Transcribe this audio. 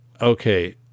okay